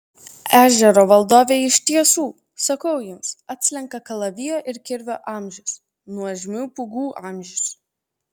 ežero valdovė iš tiesų sakau jums atslenka kalavijo ir kirvio amžius nuožmių pūgų amžius